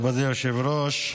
מכובדי היושב-ראש,